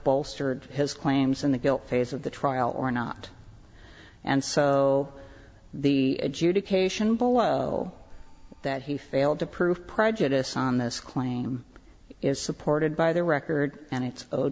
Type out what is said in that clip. bolstered his claims in the guilt phase of the trial or not and so the adjudication below that he failed to prove prejudice on this claim is supported by the record and it's